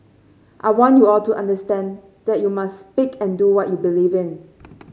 I want you all to understand that you must speak and do what you believe in